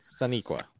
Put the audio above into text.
Saniqua